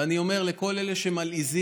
ואני אומר לכל אלה שמלעיזים: